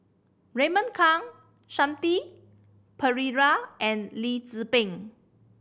Raymond Kang Shanti Pereira and Lee Tzu Pheng